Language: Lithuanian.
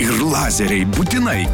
ir lazeriai būtinai